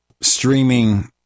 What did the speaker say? streaming